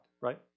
right